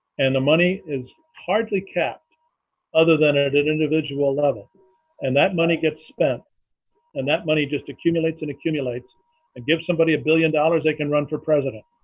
and the money is hardly capped other than at an individual level and that money gets spent and that money just accumulates and accumulates and gives somebody a billion dollars they can run for president.